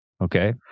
Okay